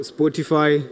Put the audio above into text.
Spotify